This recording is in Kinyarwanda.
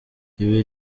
ibi